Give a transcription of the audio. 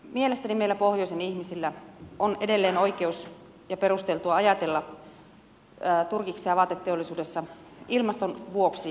mielestäni meillä pohjoisen ihmisillä on edelleen oikeus ja perusteltua ajatella turkiksia vaateteollisuudessa ilmaston vuoksi